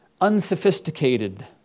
unsophisticated